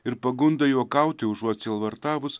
ir pagundą juokauti užuot sielvartavus